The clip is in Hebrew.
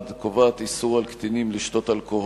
רק ועדת הכנסת תחליט בדבר.